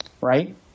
Right